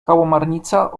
kałamarnica